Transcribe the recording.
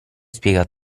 spiega